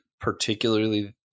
particularly